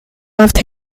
left